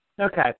Okay